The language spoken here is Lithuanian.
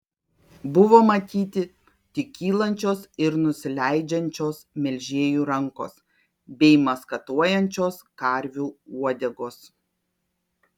buvo matyti tik kylančios ir nusileidžiančios melžėjų rankos bei maskatuojančios karvių uodegos